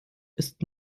ist